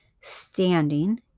standing